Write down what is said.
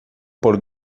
por